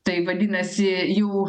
tai vadinasi jų